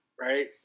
Right